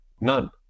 None